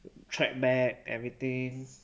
track back everything